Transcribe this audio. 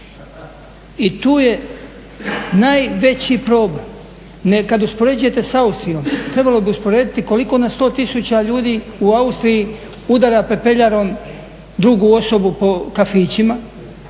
I tu je najveći problem. Kada uspoređujete sa Austrijom, trebalo bi usporediti koliko na 100 tisuća ljudi u Austriji udara pepeljarom drugu osobu po kafićima,